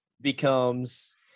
becomes